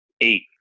eight